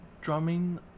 drumming